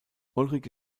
ulrike